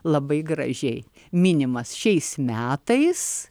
labai gražiai minimas šiais metais